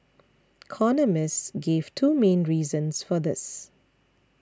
economists gave two main reasons for this